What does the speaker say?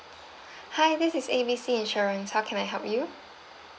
hi this is A B C insurance how can I help you